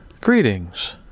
Greetings